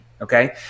okay